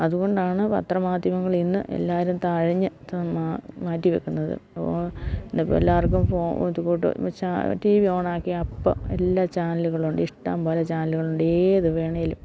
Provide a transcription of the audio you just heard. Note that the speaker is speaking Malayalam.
അതു കൊണ്ടാണ് പത്രമാധ്യമങ്ങളിൽ നിന്ന് എല്ലാവരും തഴഞ്ഞു മാറ്റി വെക്കുന്നത് ഇന്നിപ്പം എല്ലാവർക്കും ഫോ ഇത്കൂട്ട് ടി വി ഓണാക്കി അപ്പം എല്ലാ ചാനലുകളുണ്ട് ഇഷ്ടം പോലെ ചാനലുകളുണ്ട് ഏതു വേണമെങ്കിലും